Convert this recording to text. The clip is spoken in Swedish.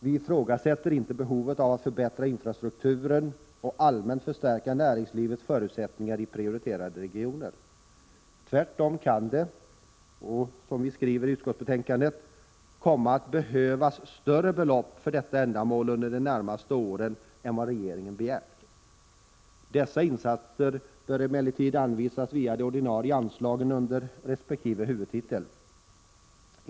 Vi ifrågasätter inte behovet av att förbättra infrastrukturen och allmänt förstärka näringslivets förutsättningar i prioriterade regioner. Tvärtom kan det — som vi skriver i utskottsbetänkandet — komma att behövas större belopp för detta ändamål under de närmaste åren än vad regeringen har begärt. Dessa insatser bör emellertid anvisas via de ordinarie anslagen under resp. huvudtitel.